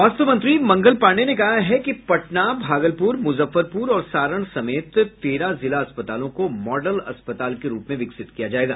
स्वास्थ्य मंत्री मंगल पांडेय ने कहा है कि पटना भागलप्रर मुजफ्फरप्र और सारण समेत तेरह जिला अस्पतालों को मॉडल अस्पताल के रूप में विकसित किया जायेगा